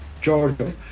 Giorgio